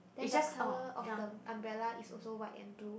then the colour of the umbrella is also white and blue